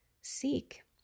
Seek